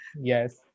yes